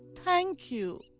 thank you.